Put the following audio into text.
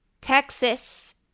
Texas